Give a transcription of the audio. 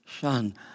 son